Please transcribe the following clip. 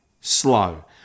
slow